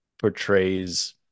portrays